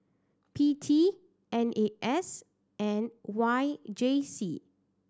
P T N A S and Y J C